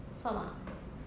faham tak